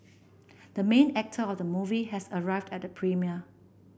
the main actor of the movie has arrived at the premiere